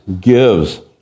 gives